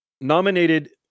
nominated